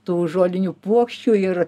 tų žolinių puokščių ir